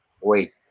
wait